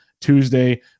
Tuesday